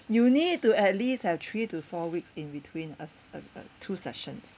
you need to at least have three to four weeks in between a a two sessions